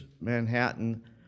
Manhattan